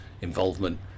involvement